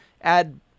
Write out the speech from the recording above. add